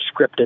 scripted